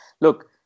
Look